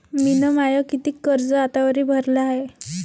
मिन माय कितीक कर्ज आतावरी भरलं हाय?